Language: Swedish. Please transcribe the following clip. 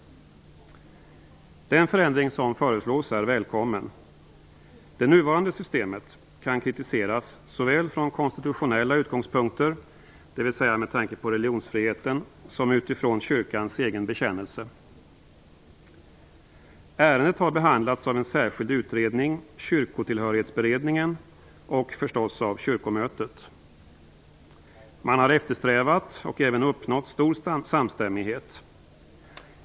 Den förändring som föreslås är välkommen. Det nuvarande systemet kan kritiseras såväl från konstitutionella utgångspunkter, dvs. med tanke på religionsfriheten, som utifrån kyrkans egen bekännelse. Ärendet har behandlats av en särskild utredning, Kyrkotillhörighetsberedningen, och förstås av kyrkomötet. Man har eftersträvat och även uppnått stor samstämmighet.